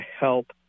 help